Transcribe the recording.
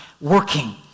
working